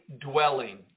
dwelling